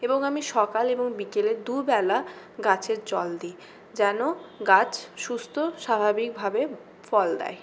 এবং আমি সকাল এবং বিকেলে দুবেলা গাছের জল দিই যেন গাছ সুস্থ স্বাভাবিকভাবে ফল দেয়